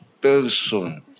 person